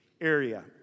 area